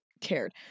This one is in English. cared